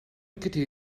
kitty